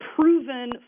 proven